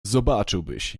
zobaczyłbyś